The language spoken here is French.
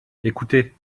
écoutez